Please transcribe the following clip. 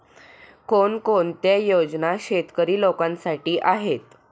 कोणकोणत्या योजना शेतकरी लोकांसाठी आहेत?